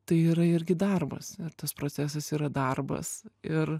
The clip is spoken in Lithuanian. tai yra irgi darbas ir tas procesas yra darbas ir